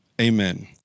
Amen